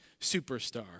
Superstar